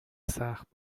سخت